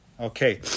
Okay